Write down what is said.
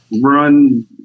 run